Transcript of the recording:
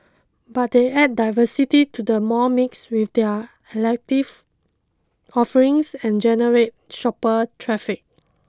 but they add diversity to the mall mix with their elective offerings and generate shopper traffic